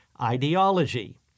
ideology